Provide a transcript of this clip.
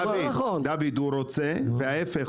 הוא רוצה ולהיפך,